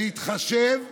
להתחשב,